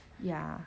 ya